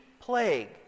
plague